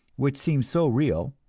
which seems so real,